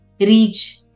reach